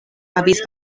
havis